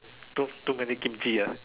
too too many Kimchi ah